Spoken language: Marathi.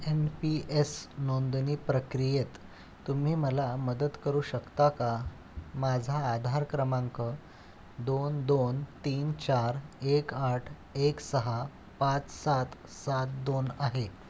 एन पी एस नोंदणी प्रक्रियेत तुम्ही मला मदत करू शकता का माझा आधार क्रमांक दोन दोन तीन चार एक आठ एक सहा पाच सात सात दोन आहे